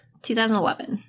2011